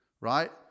right